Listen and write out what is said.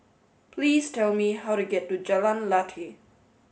please tell me how to get to Jalan Lateh